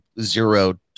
zero